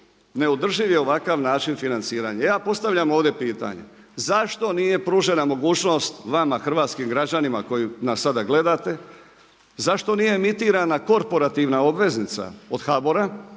neodrživ je ovakav način financiranja. Ja postavljam ovdje pitanje, zašto nije pružena mogućnost vama hrvatskim građanima koji nas sada gledate, zašto nije emitirana korporativna obveznica od HBOR-a